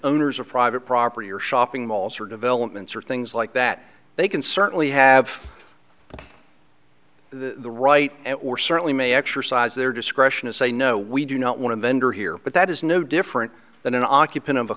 owners of private property or shopping malls or developments or things like that they can certainly have the right or certainly may exercise their discretion to say no we do not want a vendor here but that is no different than an occupant of a